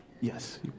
Yes